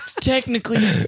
Technically